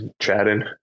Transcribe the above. chatting